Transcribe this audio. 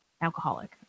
alcoholic